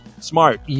Smart